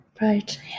Right